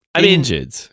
Injured